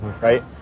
right